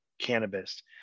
cannabis